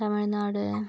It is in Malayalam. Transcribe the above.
തമിഴ്നാട്